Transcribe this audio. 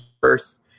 first